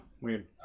weird